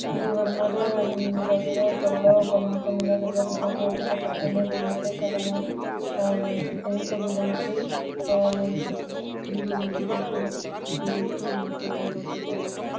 ହିନ୍ଦୁ ଧର୍ମରେ ରଜ ଦୋଳ ଗହ୍ମାପୂର୍ଣ୍ଣିମା ଦୁର୍ଗାପୂଜା କୁ ଅଧିକ ପ୍ରାଧାନ୍ୟ ଦିଆଯାଇଥାଏ କାରଣ ଏହି ସବୁ ହେଉଛି ହିନ୍ଦୁ ଧର୍ମରେ ଏକ ଗୁରୁତ୍ଵ ମହତ୍ଵପୂର୍ଣ୍ଣ ପୂଜା ଅଟେ